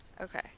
Okay